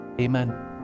Amen